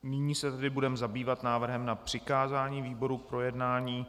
Nyní se tedy budeme zabývat návrhem na přikázání výborům k projednání.